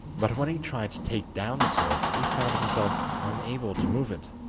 but when he tried to take down the sword he found himself unable to move it.